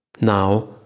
Now